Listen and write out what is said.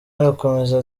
arakomeza